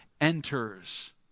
enters